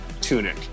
tunic